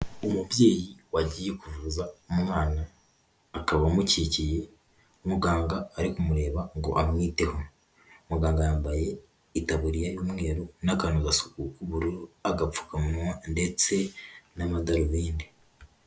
Umubyeyi wagiye kuvuza umwana akaba amukikiye, muganga ari kumureba ngo amwiteho, muganga yambaye itabuya y'umweru n'akanozasuku k'ubururu, agapfukamunwa ndetse n'amadarubindi.